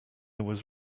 was